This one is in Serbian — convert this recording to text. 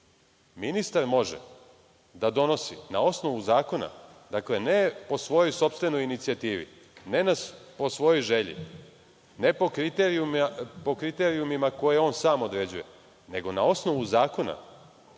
ministar može da donosi na osnovu zakona, dakle ne po svojoj sopstvenoj inicijativi, ne po svojoj želji, ne po kriterijumima koje on sam određuje, nego na osnovu zakona,